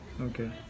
Okay